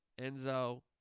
Enzo